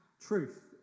truth